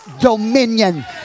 dominion